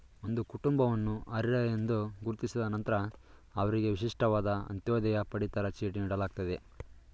ಒಂದು ಕುಟುಂಬವನ್ನು ಅರ್ಹ ಎಂದು ಗುರುತಿಸಿದ ನಂತ್ರ ಅವ್ರಿಗೆ ವಿಶಿಷ್ಟವಾದ ಅಂತ್ಯೋದಯ ಪಡಿತರ ಚೀಟಿ ನೀಡಲಾಗ್ತದೆ